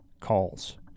Calls